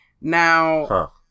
now